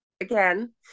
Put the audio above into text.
again